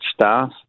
staff